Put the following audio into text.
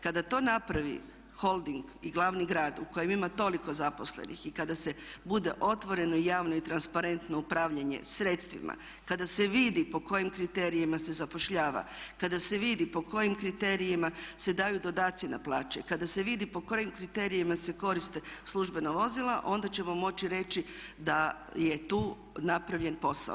Kada to napravi holding i glavni grad u kojem ima toliko zaposlenih i kada se bude otvoreno, javno i transparentno upravljanje sredstvima, kada se vidi po kojim kriterijima se zapošljavanja, kada se vidi po kojim kriterijima se daju dodaci na plaće, kada se vidi po kojim kriterijima se koriste službena vozila onda ćemo moći reći da je tu napravljen posao.